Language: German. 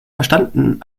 verstanden